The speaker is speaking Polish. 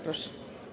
Proszę.